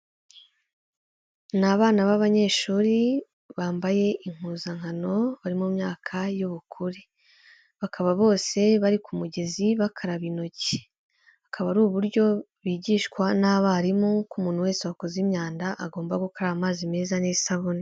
Ni abana b'abanyeshuri bambaye impuzankano bari mu myaka y'ubukure bakaba bose bari ku mugezi bakaraba intoki, akaba ari uburyo bigishwa n'abarimu ko umuntu wese wakoze imyanda agomba gukora amazi meza n'isabune.